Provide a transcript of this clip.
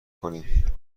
کنیم